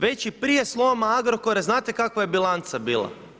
Već i prije sloma Agrokora, znate kakva je bilanca bila.